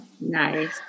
Nice